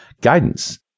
Guidance